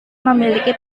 memiliki